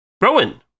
Rowan